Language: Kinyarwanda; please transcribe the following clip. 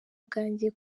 bwanjye